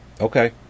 Okay